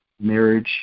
marriage